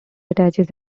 attaches